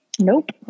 Nope